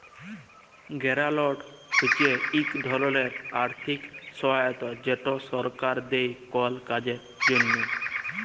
গেরালট হছে ইক ধরলের আথ্থিক সহায়তা যেট সরকার দেই কল কাজের জ্যনহে